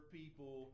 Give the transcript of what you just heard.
people